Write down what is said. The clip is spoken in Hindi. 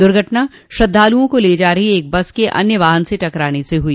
दुर्घटना श्रद्धालुओं को ले जा रही एक बस के अन्य वाहन से टकराने से हुई